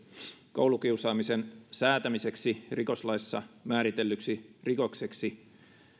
koulukiusaamisen säätämiseksi rikoslaissa määritellyksi rikokseksi